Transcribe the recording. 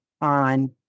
on